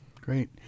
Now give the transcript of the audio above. Great